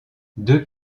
deux